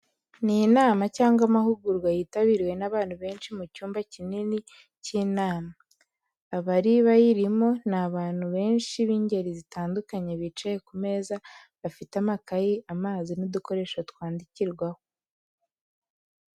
Ni inama cyangwa amahugurwa yitabiriwe n’abantu benshi mu cyumba kinini cy’inama. abari bayirimo: ni abantu benshi b'ingeri zitandukanye bicaye ku meza bafite amakaye, amazi, n’udukoresho twandikirwaho.